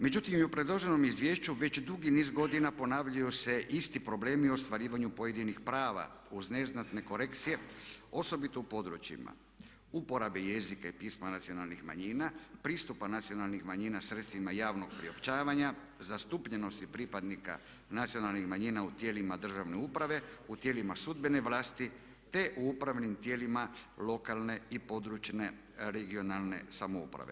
Međutim, i u predloženom izvješću već dugi niz godina ponavljaju se isti problemi u ostvarivanju pojedinih prava uz neznatne korekcije osobito u područjima uporabe jezika i pisma nacionalnih manjina, pristupa nacionalnih manjina sredstvima javnog priopćavanja, zastupljenosti pripadnika nacionalnih manjina u tijelima državne uprave, u tijelima sudbene vlasti te u upravnim tijelima lokalne i područne (regionalne) samouprave.